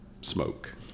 smoke